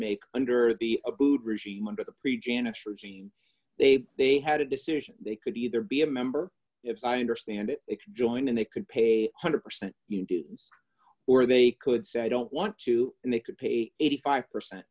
make under the abboud regime under the prejean they they had a decision they could either be a member if i understand it join and they could pay one hundred percent you do or they could say i don't want to and they could pay eighty five percent